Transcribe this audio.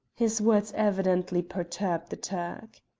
his words evidently perturbed the turk.